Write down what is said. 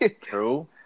True